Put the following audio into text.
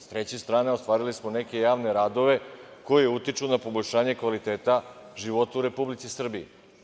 S treće strane, ostvarili smo neke javne radove koji utiču na poboljšanje kvaliteta života u Republici Srbiji.